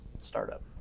startup